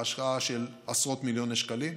בהשקעה של עשרות מיליוני שקלים,